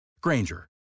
Granger